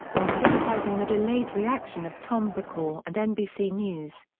while criticizing the delayed reaction of tom brokaw and nbc news.